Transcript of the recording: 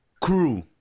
crew